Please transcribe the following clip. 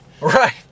right